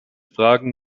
fragen